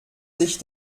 sich